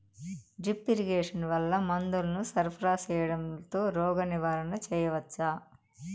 Drip irrigation వల్ల మందులను సరఫరా సేయడం తో రోగ నివారణ చేయవచ్చా?